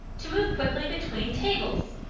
to move quickly between tables.